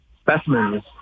specimens